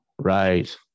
Right